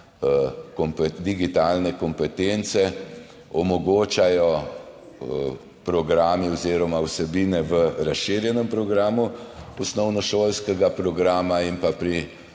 digitalne kompetence omogočajo programi oziroma vsebine v razširjenem programu osnovnošolskega programa in pri